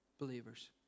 believers